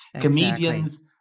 Comedians